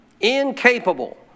Incapable